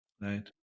right